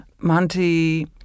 Monty